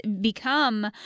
become